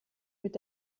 mit